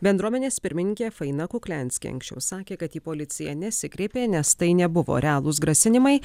bendruomenės pirmininkė faina kukliansky anksčiau sakė kad į policiją nesikreipė nes tai nebuvo realūs grasinimai